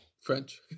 French